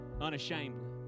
unashamedly